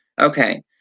okay